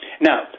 Now